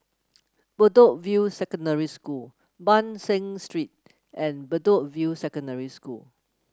Bedok View Secondary School Ban San Street and Bedok View Secondary School